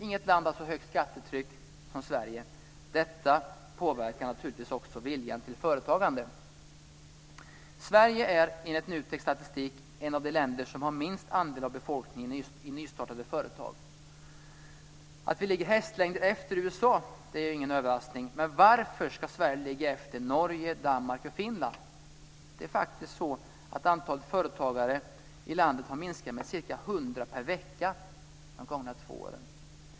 Inget land har så högt skattetryck som Sverige. Detta påverkar naturligtvis också viljan till företagande. Sverige är enligt NUTEK:s statistik ett av de länder som har minst andel av befolkningen i nystartade företag. Att vi ligger hästlängder efter USA är ingen överraskning, men varför ska Sverige ligga efter Norge, Danmark och Finland? Det är faktiskt så att antalet företagare i landet har minskat med ca 100 per vecka under de gångna två åren.